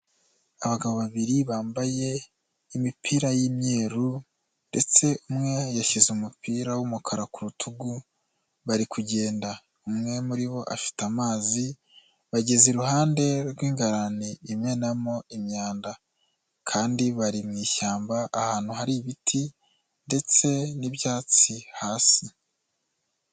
Abagabo babiri bambaye imipira y'imyeru ndetse umwe yashyize umupira w'umukara ku rutugu bari kugenda, umwe muri bo afite amazi, bageze iruhande rw'ingarandi imenamo imyanda kandi bari mu ishyamba ahantu hari ibiti ndetse n'ibyatsi hasi.